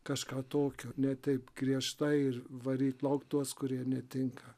kažką tokio ne taip griežtai ir varyti lauk tuos kurie netinka